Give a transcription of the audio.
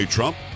Trump